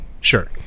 Sure